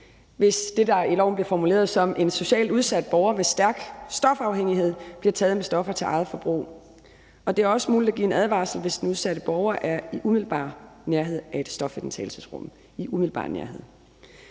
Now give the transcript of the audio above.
hvis det, der i loven bliver formuleret som en socialt udsat borger med stærk stofafhængighed, bliver taget med stoffer til eget forbrug, og det er også muligt at give en advarsel, hvis den udsatte borger er i umiddelbar nærhed af et stofindtagelsesrum